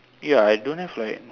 ya I don't have like